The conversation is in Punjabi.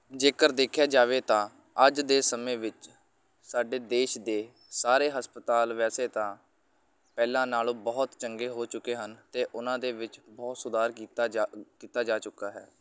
ਜੇਕਰ ਦੇਖਿਆ ਜਾਵੇ ਤਾਂ ਅੱਜ ਦੇ ਸਮੇਂ ਵਿੱਚ ਸਾਡੇ ਦੇਸ਼ ਦੇ ਸਾਰੇ ਹਸਪਤਾਲ ਵੈਸੇ ਤਾਂ ਪਹਿਲਾਂ ਨਾਲੋਂ ਬਹੁਤ ਚੰਗੇ ਹੋ ਚੁੱਕੇ ਹਨ ਅਤੇ ਉਹਨਾਂ ਦੇ ਵਿੱਚ ਬਹੁਤ ਸੁਧਾਰ ਕੀਤਾ ਜਾ ਕੀਤਾ ਜਾ ਚੁੱਕਾ ਹੈ